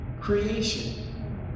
creation